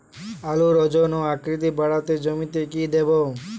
আলুর ওজন ও আকৃতি বাড়াতে জমিতে কি দেবো?